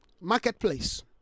Marketplace